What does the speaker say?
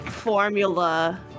Formula